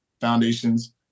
Foundation's